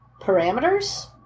Parameters